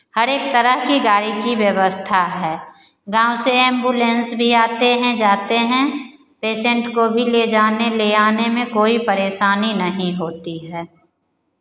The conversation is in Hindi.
हरेक तरह की गाड़ी की व्यवस्था है गाँव से एम्बुलेंस भी आते हैं जाते हैं पेसेन्ट को भी ले जाने ले आने में कोई परेशानी नहीं होती है